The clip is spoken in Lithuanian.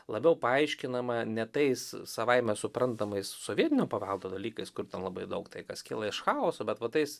labiau paaiškinama ne tais savaime suprantamais sovietinio paveldo dalykais kur ten labai daug tai kas kyla iš chaoso bet va tais